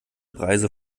preise